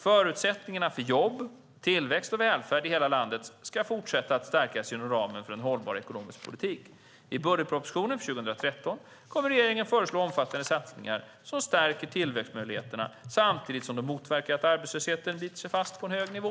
Förutsättningarna för jobb, tillväxt och välfärd i hela landet ska fortsätta att stärkas inom ramen för en hållbar ekonomisk politik. I budgetpropositionen för 2013 kommer regeringen att föreslå omfattande satsningar som stärker tillväxtmöjligheterna samtidigt som de motverkar att arbetslösheten biter sig fast på en hög nivå.